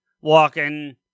walking